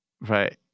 Right